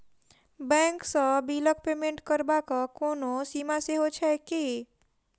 Bank सँ बिलक payment करबाक कोनो सीमा सेहो छैक की?